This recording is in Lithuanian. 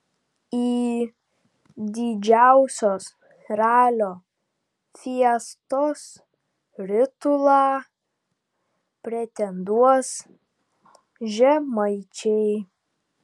į didžiausios ralio fiestos titulą pretenduos žemaičiai